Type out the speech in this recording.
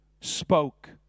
spoke